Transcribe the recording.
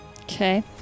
Okay